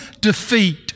defeat